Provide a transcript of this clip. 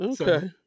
Okay